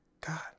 God